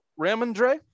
Ramondre